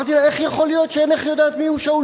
אמרתי לה: איך יכול להיות שאינך יודעת מיהו שאול?